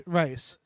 race